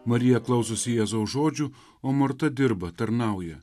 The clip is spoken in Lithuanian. marija klausosi jėzaus žodžių o morta dirba tarnauja